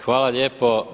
Hvala lijepo.